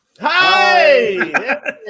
Hi